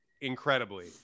incredibly